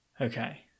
Okay